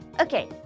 Okay